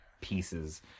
pieces